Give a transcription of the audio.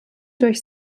durch